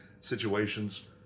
situations